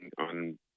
on